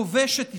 הכובש את יצרו.